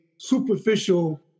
superficial